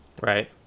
right